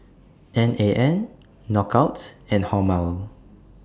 N A N Knockout and Hormel